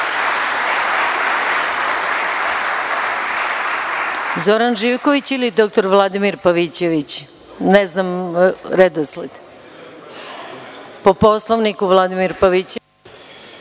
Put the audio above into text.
Zoran Živković ili dr Vladimir Pavićević, ne znam redosled? Po Poslovniku reč ima Vladimir Pavićević.